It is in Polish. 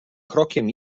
krokiem